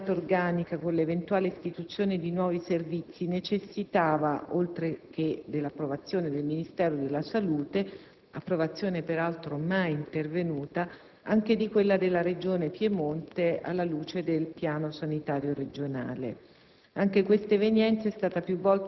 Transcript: Inoltre, l'ampliamento della pianta organica con l'eventuale istituzione di nuovi servizi necessitava, oltre che dell'approvazione del Ministero della salute - approvazione peraltro mai intervenuta - anche di quella della regione Piemonte, alla luce del Piano sanitario regionale.